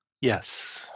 Yes